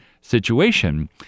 situation